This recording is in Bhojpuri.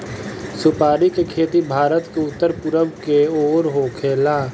सुपारी के खेती भारत के उत्तर पूरब के ओर होखेला